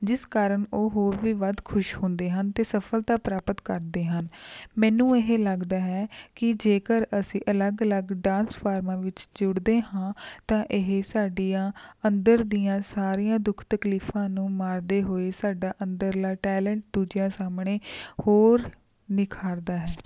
ਜਿਸ ਕਾਰਨ ਉਹ ਹੋਰ ਵੀ ਵੱਧ ਖੁਸ਼ ਹੁੰਦੇ ਹਨ ਅਤੇ ਸਫਲਤਾ ਪ੍ਰਾਪਤ ਕਰਦੇ ਹਨ ਮੈਨੂੰ ਇਹ ਲੱਗਦਾ ਹੈ ਕਿ ਜੇਕਰ ਅਸੀਂ ਅਲੱਗ ਅਲੱਗ ਡਾਂਸ ਫਾਰਮਾਂ ਵਿੱਚ ਜੁੜਦੇ ਹਾਂ ਤਾਂ ਇਹ ਸਾਡੀਆਂ ਅੰਦਰ ਦੀਆਂ ਸਾਰੀਆਂ ਦੁੱਖ ਤਕਲੀਫਾਂ ਨੂੰ ਮਾਰਦੇ ਹੋਏ ਸਾਡਾ ਅੰਦਰਲਾ ਟੈਲੈਂਟ ਦੂਜਿਆਂ ਸਾਹਮਣੇ ਹੋਰ ਨਿਖਾਰਦਾ ਹੈ